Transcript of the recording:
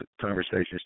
conversations